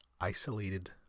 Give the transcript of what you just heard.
Isolated